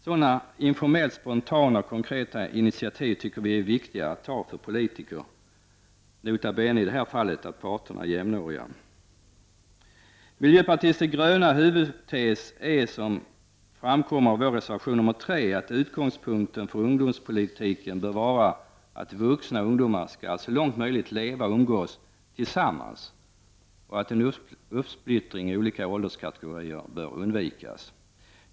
Sådana informella, spontana och konkreta initiativ tycker vi att det är viktigt att politiker tar. Nota bene i det här fallet att parterna är jämnåriga. Huvudtesen för miljöpartiet de gröna är som framkommer av vår reservation nr 3 att utgångspunkten för ungdomspolitiken bör vara att vuxna och ungdomar skall så långt möjligt leva och umgås tillsammans och att en splittring i olika ålderskategorier bör undvikas.